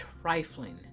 trifling